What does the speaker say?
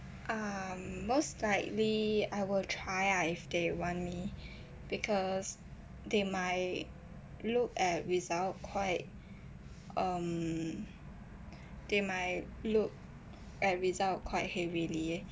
um mostly like I will try ah if they want me because they might look at result quite um they might look at result quite heavily